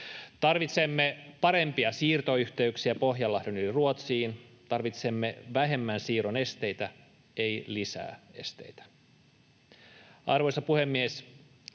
Tarvitsemme parempia siirtoyhteyksiä Pohjanlahden yli Ruotsiin. Tarvitsemme vähemmän siirron esteitä, ei lisää esteitä. Arvoisa puhemies!